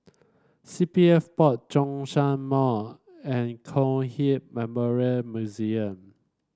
C P F Board Zhongshan Mall and Kong Hiap Memorial Museum